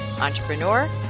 entrepreneur